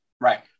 Right